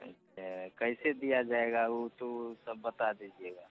अच्छा कैसे दिया जाएगा ऊ तो सब बता दीजिएगा